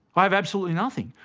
i have absolutely nothing.